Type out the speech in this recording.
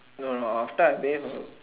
no no after I pay her